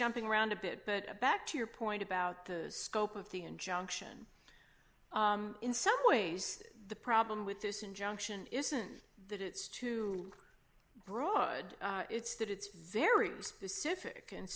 jumping around a bit but back to your point about the scope of the injunction in some ways the problem with this injunction isn't that it's too broad it's that it's very specific and